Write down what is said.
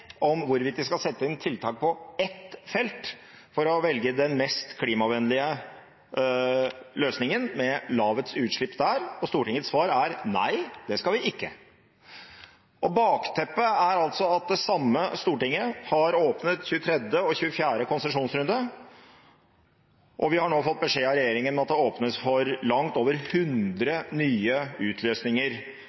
å velge den mest klimavennlige løsningen med lavest utslipp der, og Stortingets svar er: Nei, det skal vi ikke. Bakteppet er at det samme storting har åpnet 23. og 24. konsesjonsrunde, og vi har nå fått beskjed av regjeringen om at det åpnes for langt over 100 nye